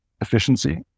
efficiency